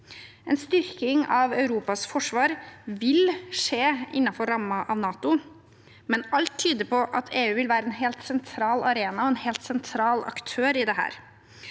En styrking av Europas forsvar vil skje innenfor rammen av NATO, men alt tyder på at EU vil være en helt sentral arena, en helt sentral aktør i dette.